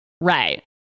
Right